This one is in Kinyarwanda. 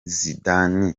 zidane